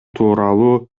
тууралуу